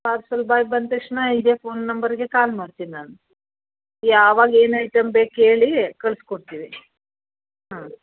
parcel boy ಬಂದ ತಕ್ಷಣ ಇದೇ ಫೋನ್ ನಂಬರಿಗೆ ಕಾಲ್ ಮಾಡ್ತೀನಿ ನಾನು ಯಾವಾಗ ಏನೈತ್ ಅಂತ ಬೇಕು ಕೇಳಿ ಕಳಿಸ್ಕೊಡ್ತೀವಿ ಹಾಂ